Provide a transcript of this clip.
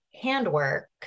handwork